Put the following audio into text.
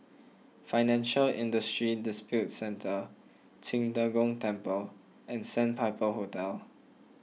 Financial Industry Disputes Centre Qing De Gong Temple and Sandpiper Hotel